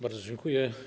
Bardzo dziękuję.